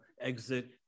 exit